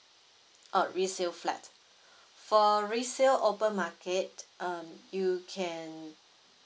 oh resale flat for resale open market um you can